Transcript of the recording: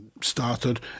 Started